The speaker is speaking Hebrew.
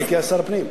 הייתי אז שר הפנים,